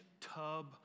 tub